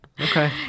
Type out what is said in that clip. Okay